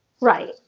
Right